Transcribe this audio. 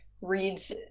reads